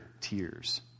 tears